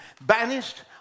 banished